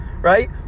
right